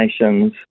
nations